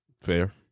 Fair